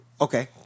Okay